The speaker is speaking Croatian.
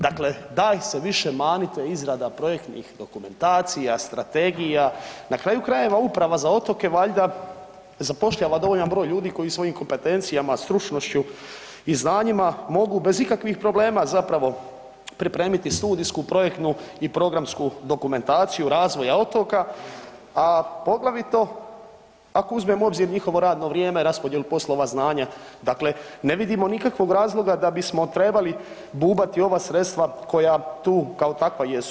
Dakle, daj se više manite izrada projektnih dokumentacija, strategija, na kraju krajeva uprava za otoke valjda zapošljava dovoljan broj ljudi koji svojim kompetencijama, stručnošću i znanjima mogu bez ikakvih problema pripremiti studijsku, projektnu i programsku dokumentaciju razvoja otoka, a poglavito ako uzmemo u obzir njihovo radno vrijeme, raspodjelu poslova, znanje, dakle ne vidimo nikakvog razloga da bismo trebali bubati ova sredstva koja tu kao takva jesu.